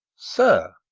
sir,